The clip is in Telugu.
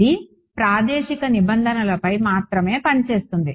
ఇది ప్రాదేశిక నిబంధనలపై మాత్రమే పని చేస్తుంది